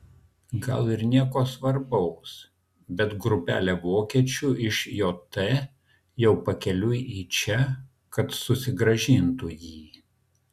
gal ir nieko svarbaus bet grupelė vokiečių iš jt jau pakeliui į čia kad susigrąžintų jį